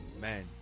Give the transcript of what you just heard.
Man